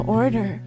order